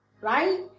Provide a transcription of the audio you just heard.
Right